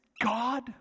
God